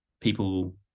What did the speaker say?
people